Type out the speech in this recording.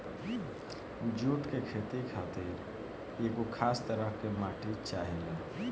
जुट के खेती खातिर एगो खास तरह के माटी चाहेला